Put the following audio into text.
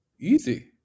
Easy